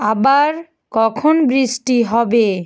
আবার কখন বৃষ্টি হবে